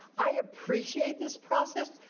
i appreciate this process.